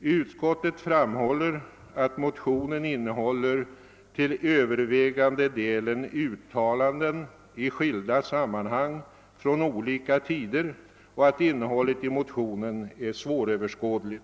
Utskottet framhåller att motionen till övervägande del återger uttalanden i skilda sammanhang från olika tider och att innehållet i motionen är svåröverskådligt.